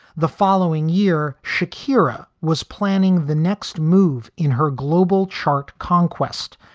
the following year, shakira was planning the next move in her global chart conquest.